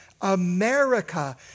America